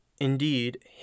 Indeed